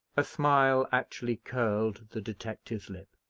a smile actually curled the detective's lip.